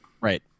right